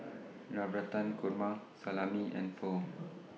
Navratan Korma Salami and Pho